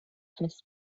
fest